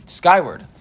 skyward